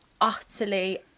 utterly